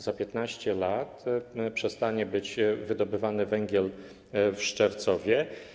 Za 15 lat przestanie być wydobywany węgiel w Szczercowie.